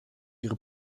ihre